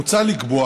מוצע לקבוע